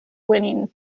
winning